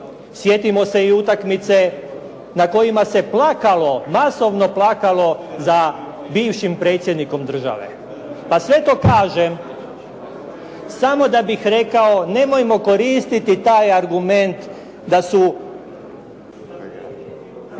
Sjetimo se i utakmice na kojima se plakalo, masovno plakalo za bivšim predsjednikom države. Pa sve to kažem, samo da bih rekao, nemojmo koristiti taj argument da